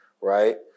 Right